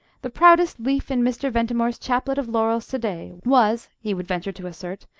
the proudest leaf in mr. ventimore's chaplet of laurels to-day was, he would venture to assert,